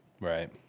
Right